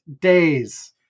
days